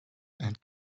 and